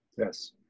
Yes